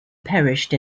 perished